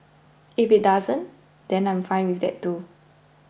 if it doesn't then I'm fine with that too